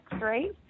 right